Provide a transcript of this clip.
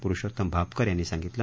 पुरुषोत्तम भापकर यांनी सांगितलं